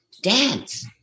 dance